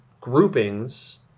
groupings